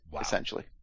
essentially